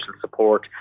support